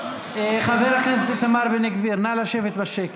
חבר הכנסת איתמר בן גביר, נא לשבת בשקט.